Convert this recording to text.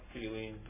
feeling